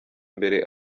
imbere